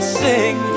sing